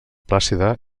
plàcida